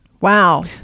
Wow